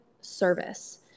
service